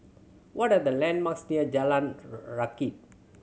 what are the landmarks near Jalan Rakit